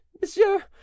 monsieur